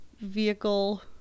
vehicle